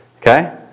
okay